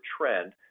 trend